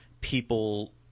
people